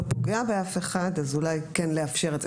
פוגע באף אחד אולי כן כדאי לאפשר את זה,